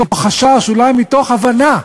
מתוך חשש, אולי מתוך הבנה,